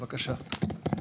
בבקשה.